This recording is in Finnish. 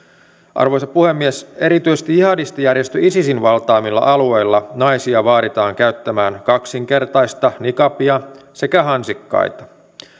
arvoisa puhemies erityisesti jihadistijärjestö isisin valtaamilla alueilla naisia vaaditaan käyttämään kaksinkertaista niqabia sekä hansikkaita